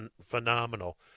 phenomenal